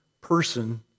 person